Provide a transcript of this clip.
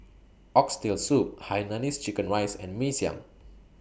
Oxtail Soup Hainanese Chicken Rice and Mee Siam